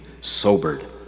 sobered